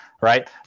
right